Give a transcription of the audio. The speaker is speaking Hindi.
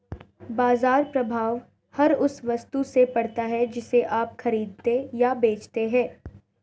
बाज़ार प्रभाव हर उस वस्तु से पड़ता है जिसे आप खरीदते या बेचते हैं